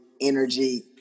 energy